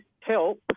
help